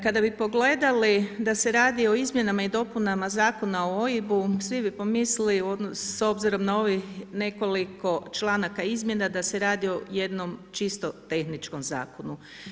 Kada bi pogledali da se radi o izmjenama i dopunama zakona o OIB-u svi bi pomislili, s obzirom na ovih nekoliko članaka izmjena da se radi o jednom čisto tehničkom zakonu.